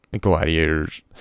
Gladiators